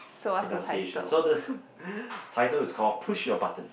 pronunciation so the title is call push your buttons